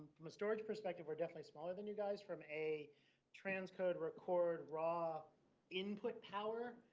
from a storage perspective, we're definitely smaller than you guys. from a transcode record raw input power,